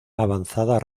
avanzada